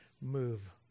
move